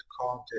content